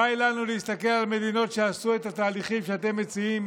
די לנו להסתכל על מדינות שעשו את התהליכים שאתם מציעים